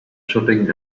shopping